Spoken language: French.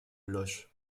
loches